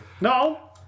No